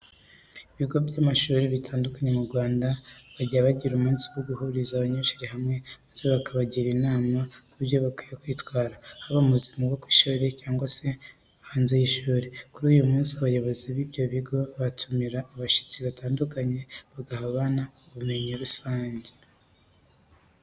Ibiga by'amashuri bitandukanye mu Rwanda bajya bagira umunsi wo guhuriza abanyeshuri hamwe maze bakabagira inama z'uburyo bakwiye kwitwara, haba mu buzima bwo ku ishuri cyangwa se hanze y'ishuri. Kuri uyu munsi abayobozi b'ibyo bigo batumira abashyitsi batundukanye bagaha abo bana ubumenyi rusange.